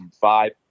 five